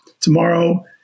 tomorrow